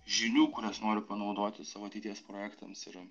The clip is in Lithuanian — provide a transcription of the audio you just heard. žinių kurias noriu panaudoti savo ateities projektams ir